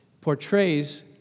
portrays